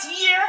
year